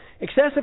Excessive